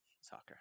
Soccer